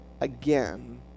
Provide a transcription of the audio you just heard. again